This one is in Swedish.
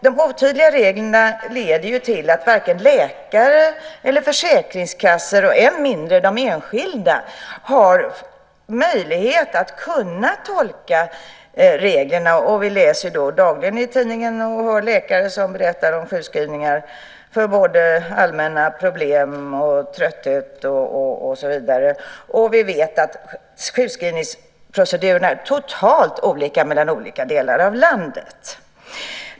De otydliga reglerna leder till att varken läkare eller försäkringskassor - och än mindre de enskilda - har möjlighet att kunna tolka reglerna. Vi läser dagligen i tidningen och hör läkare berätta om sjukskrivningar för allmänna problem, trötthet och så vidare. Vi vet att sjukskrivningsprocedurerna är totalt olika mellan olika delar av landet.